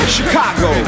Chicago